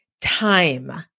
Time